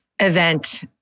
event